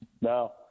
No